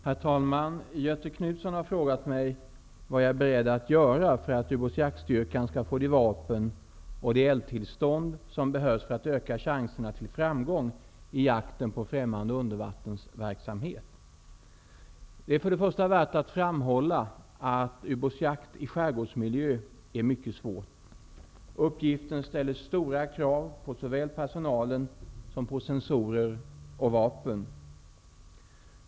Herr talman! Göthe Knutson har frågat mig vad jag är beredd att göra för att ubåtsjaktstyrkan skall få de vapen och de eldtillstånd som behövs för att öka chanserna till framgång i jakten på främmande undervattensverksamhet. Det är värt att på nytt framhålla att ubåtsjakt i skärgårdsmiljö är mycket svårt. Uppgiften ställer stora krav på såväl personalen som på sensorer och vapen.